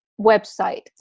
website